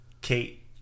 Kate